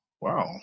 Wow